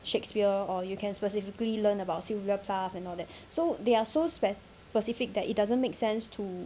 shakespeare or you can specifically learn about sylvia plath and all that so they are so spec~ specific that it doesn't make sense to